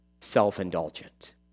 self-indulgent